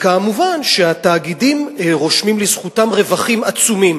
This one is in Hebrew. כמובן התאגידים רושמים לזכותם רווחים עצומים.